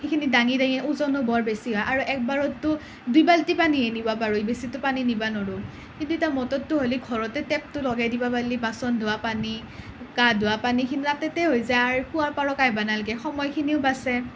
সেইখিনি দাঙি দাঙি ওজনো বৰ বেছি হয় আৰু এবাৰততো দুই বাল্টি পানীহে নিব পাৰোঁ বেছিতো পানী নিব নোৱাৰোঁ সেই তেতিয়া মটৰটো হ'লে ঘৰতে টেপটো লগাই দিব পাৰিলে বাচন ধোৱা পানী গা ধোৱা পানী সেইবিলাক তেতিয়া তাতে হয় যায় আৰু কুঁৱাৰ পাৰত আহিব নালাগে সময়খিনিও বাচে